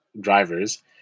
drivers